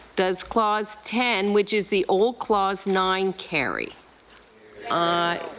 does clause ten, which is the old clause nine, carry i